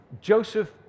Joseph